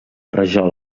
rajol